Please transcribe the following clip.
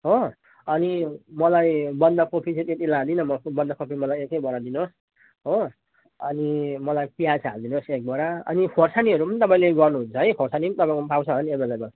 हो अनि मलाई बन्दकोपी चाहिँ त्यति लाँदिन म बन्दकोपी मलाई एकै बोरा दिनुहोस् हो अनि मलाई प्याज हालिदिनुहोस् एक बोरा अनि खोर्सानीहरू पनि तपाईँले गर्नुहुन्छ है खोर्सानी पनि तपाईँकोमा पाउँछ होला नि एभाइलेबल